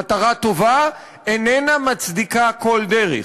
מטרה טובה איננה מצדיקה כל דרך.